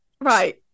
Right